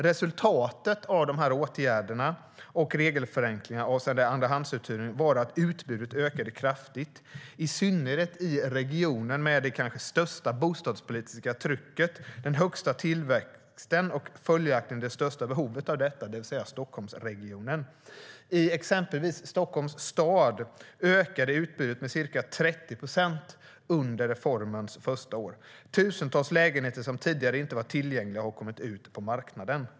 Resultatet av de åtgärderna och regelförenklingarna avseende andrahandsuthyrning var att utbudet ökade kraftigt, i synnerhet i regioner med det kanske största bostadspolitiska trycket, den högsta tillväxten och följaktligen det största behovet av detta, det vill säga Stockholmsregionen. I exempelvis Stockholms stad ökade utbudet med ca 30 procent under reformens första år. Tusentals lägenheter som tidigare inte var tillgängliga har kommit ut på marknaden.